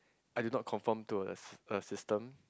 I do not conform to a s~ a system